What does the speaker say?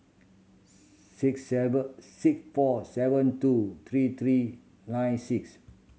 six seven six four seven two three three nine six